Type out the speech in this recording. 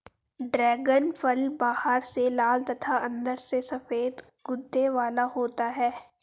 dragon फल बाहर से लाल तथा अंदर से सफेद गूदे वाला होता है